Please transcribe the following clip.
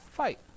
Fight